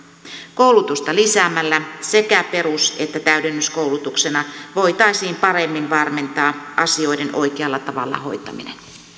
koulutusta lisäämällä sekä perus että täydennyskoulutuksena voitaisiin paremmin varmentaa asioiden oikealla tavalla hoitaminen